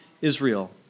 Israel